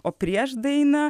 o prieš dainą